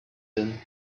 din